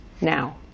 now